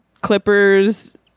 Clippers